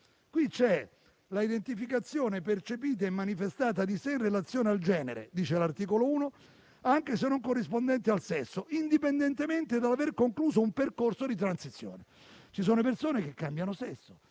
di identificazione percepita e manifestata di sé in relazione al genere, anche se non corrispondente al sesso, indipendentemente dall'aver compiuto un percorso di transizione. Ci sono persone che cambiano sesso